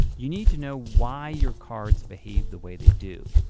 you need to know why your cards behave the way they do.